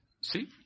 see